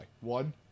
One